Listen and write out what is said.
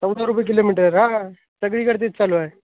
चौदा रुपये किलोमीटर हा सगळीकडं तेच चालू आहे